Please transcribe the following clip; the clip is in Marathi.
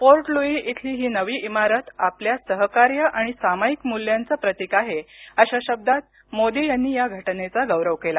पोर्ट लुई इथली ही नवी इमारत आपल्या सहकार्य आणि सामायिक मूल्यांचं प्रतीक आहे अशा शब्दांत मोदी यांनी या घटनेचा गौरव केला